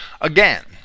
again